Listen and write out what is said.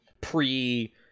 Pre